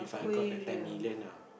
aquarium